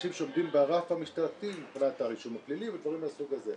אנשים שעומדים ברף המשטרתי מבחינת הרישום הפלילי ודברים מהסוג הזה.